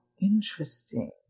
interesting